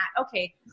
Okay